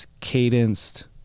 cadenced